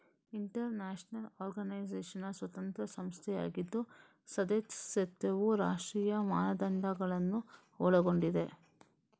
inter national organisation ಸ್ವತಂತ್ರ ಸಂಸ್ಥೆಯಾಗಿದ್ದು ಸದಸ್ಯತ್ವವು ರಾಷ್ಟ್ರೀಯ ಮಾನದಂಡಗಳನ್ನು ಒಳಗೊಂಡಿದೆ